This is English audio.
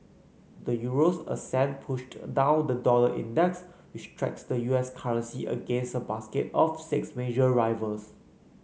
the Euro's ascent pushed down the dollar index which tracks the U S currency against a basket of six major rivals